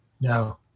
No